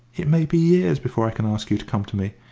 it may be years before i can ask you to come to me.